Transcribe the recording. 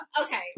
Okay